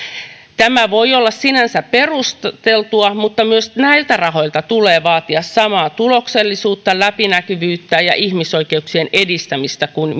tämä voi olla sinänsä perusteltua mutta myös näiltä rahoilta tulee vaatia samaa tuloksellisuutta läpinäkyvyyttä ja ihmisoikeuksien edistämistä kuin